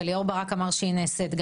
וליאור ברק אמר שהיא גם נעשית,